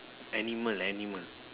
animal animal